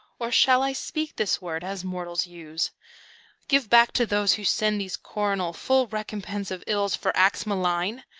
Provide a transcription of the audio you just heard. or shall i speak this word, as mortals use give back, to those who send these coronals full recompense of ills for acts malign?